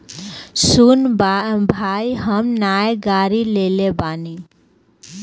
सुन भाई हम नाय गाड़ी लेले बानी